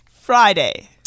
Friday